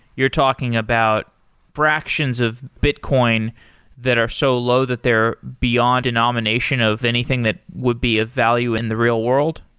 you're talking about fractions of bitcoin that are so low that they're beyond denomination of anything that would be of value in the real world?